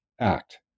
act